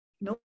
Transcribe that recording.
No